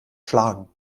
schlagen